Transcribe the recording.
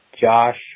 Josh